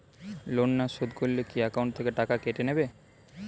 Loan না শোধ করলে কি একাউন্ট থেকে টাকা কেটে নেবে?